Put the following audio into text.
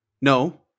no